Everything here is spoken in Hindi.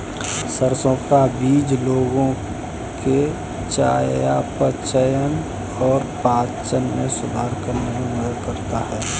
सरसों का बीज लोगों के चयापचय और पाचन में सुधार करने में मदद करता है